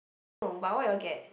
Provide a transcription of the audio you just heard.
I know but what you all get